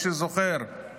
מי שזוכר,